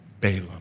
Balaam